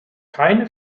keine